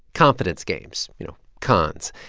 confidence games you know, cons.